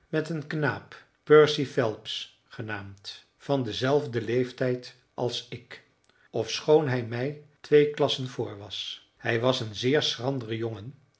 met een knaap percy phelps genaamd van denzelfden leeftijd als ik ofschoon hij mij twee klassen voor was hij was een zeer schrandere jongen